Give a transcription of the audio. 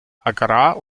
agrar